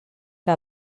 que